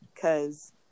Cause